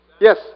Yes